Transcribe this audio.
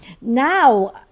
now